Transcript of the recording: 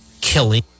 killing